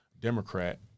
Democrat